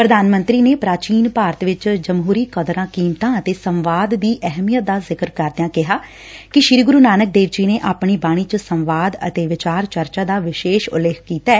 ਪੁਧਾਨ ਮੰਤਰੀ ਨੇ ਪੂਾਚੀਨ ਭਾਰਤ ਵਿਚ ਜਮਹੁਰੀ ਕਦਰਾਂ ਕੀਮਤਾਂ ਅਤੇ ਸੰਵਾਦ ਦੀ ਅਹਮੀਅਤ ਦਾ ਜ਼ਿਕਰ ਕਰਦਿਆਂ ਕਿਹਾ ਕਿ ਗੁਰੁ ਨਾਨਕ ਦੇਵ ਜੀ ਨੇ ਆਪਣੀ ਬਾਣੀ ਚ ਸੰਵਾਦ ਅਤੇ ਵਿਚਾਰ ਚਰਚਾ ਦਾ ਵਿਸੇਸ਼ ਉਲੇਖ ਕੀਤਾ ਐ